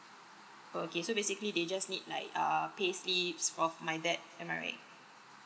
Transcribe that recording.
okay so basically they just need like err pay slips of my dad am I right